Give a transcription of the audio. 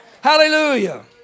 Hallelujah